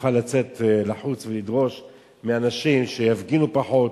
נוכל לצאת לחוץ ולדרוש מאנשים שיפגינו פחות,